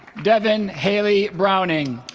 devin haley browning